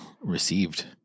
received